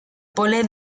pole